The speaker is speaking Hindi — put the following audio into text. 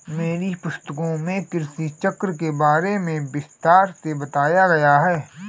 मेरी पुस्तकों में कृषि चक्र के बारे में विस्तार से बताया गया है